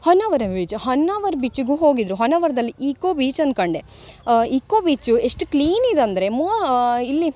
Honnavar beach Honnavar ಬೀಚಿಗೂ ಹೋಗಿದ್ದರು ಹೊನ್ನಾವರ್ದಲ್ಲಿ ಈಕೊ ಬೀಚನ್ನು ಕಂಡೆ ಇಕೊ ಬೀಚು ಎಷ್ಟು ಕ್ಲೀನಿದು ಅಂದರೆ ಮೋ ಇಲ್ಲಿ